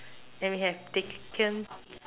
and we have taken